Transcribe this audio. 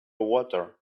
water